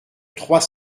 trois